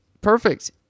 perfect